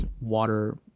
water